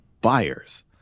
buyers